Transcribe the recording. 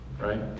Right